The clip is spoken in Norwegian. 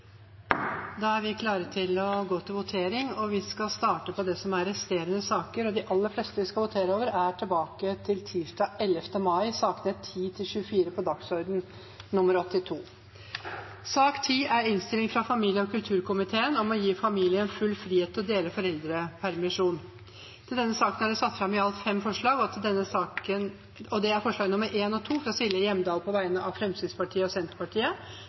Da er Stortinget klar til å gå til votering, og vi skal starte med resterende saker fra tirsdag 11. mai, sakene 10–24 på dagsorden nr. 80. Under debatten er det satt fram i alt fem forslag. Det er forslagene nr. 1 og 2, fra Silje Hjemdal på vegne av Fremskrittspartiet og Senterpartiet